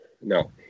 no